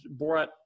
Borat